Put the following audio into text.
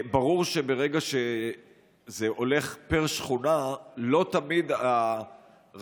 ברור שברגע שזה הולך פר שכונה, לא תמיד הרשות